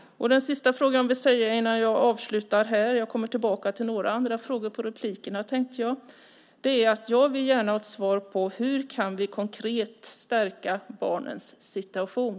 Det sista jag vill säga innan jag slutar - jag kommer tillbaka till några andra frågor i replikerna - är att jag gärna vill ha svar på frågan: Hur kan vi konkret stärka barnens situation?